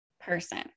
person